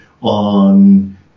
on